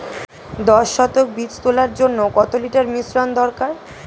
দশ শতক বীজ তলার জন্য কত লিটার মিশ্রন দরকার?